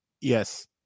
Yes